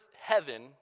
heaven